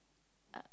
uh